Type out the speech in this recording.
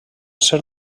ser